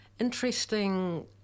interesting